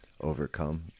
overcome